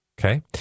Okay